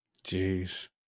Jeez